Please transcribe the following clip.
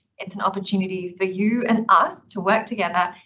it's an opportunity for you and us to work together,